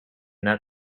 that